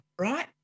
right